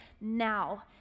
now